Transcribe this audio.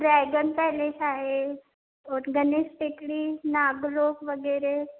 dragon Palace आहे गणेश टेकडी नागलोक वगैरे